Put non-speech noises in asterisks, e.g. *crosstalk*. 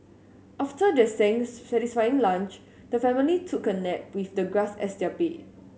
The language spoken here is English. after their *unintelligible* satisfying lunch the family took a nap with the grass as their bed